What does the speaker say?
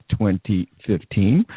2015